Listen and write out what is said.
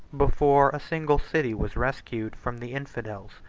before a single city was rescued from the infidels,